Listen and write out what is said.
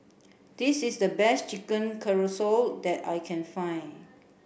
this is the best Chicken Casserole that I can find